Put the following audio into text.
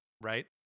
right